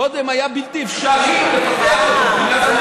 קודם היה בלתי אפשרי לפתח אותו.